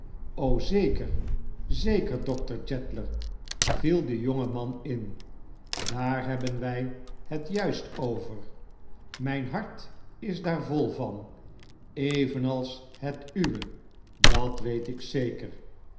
zekeir zeker doctor jeddler viel de jonge man in daar hebben wij het juist over mijn hart is daar vol van evenals het uwe dat weet ik zeker